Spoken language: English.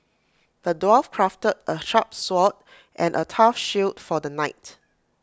the dwarf crafted A sharp sword and A tough shield for the knight